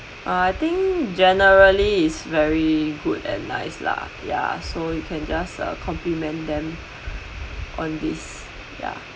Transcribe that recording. uh I think generally is very good and nice lah ya so you can just uh compliment them on this ya